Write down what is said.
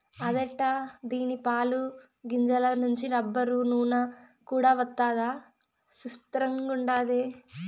అదెట్టా దీని పాలు, గింజల నుంచి రబ్బరు, నూన కూడా వస్తదా సిత్రంగుండాది